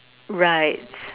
right